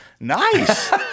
Nice